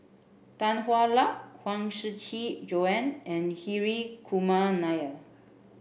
Tan Hwa Luck Huang Shiqi Joan and Hri Kumar Nair